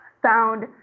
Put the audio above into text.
found